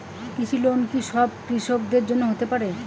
কৃষি লোন কি সব কৃষকদের জন্য হতে পারে?